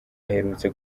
aherutse